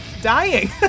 dying